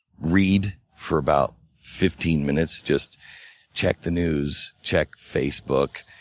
read for about fifteen minutes, just check the news, check facebook,